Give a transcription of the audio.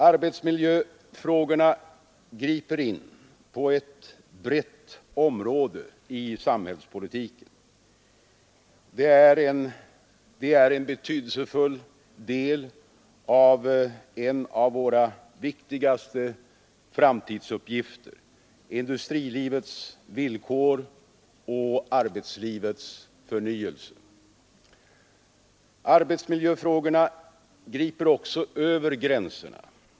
Arbetsmiljöfrågorna griper in på ett brett område i samhällspolitiken. De är en betydelsefull del av en av våra viktigaste framtidsuppgifter: industrilivets villkor och arbetslivets förnyelse. Arbetsmiljöfrågorna griper också över gränserna.